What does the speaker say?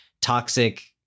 toxic